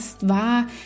war